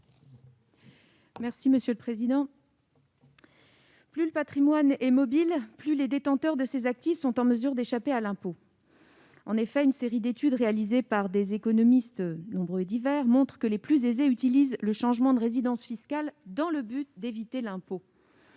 Mme Sophie Taillé-Polian. Plus le patrimoine est mobile, plus les détenteurs de ces actifs sont en mesure d'échapper à l'impôt. Une série d'études réalisées par des économistes montre que les plus aisés utilisent le changement de résidence fiscale dans le but d'éviter l'impôt.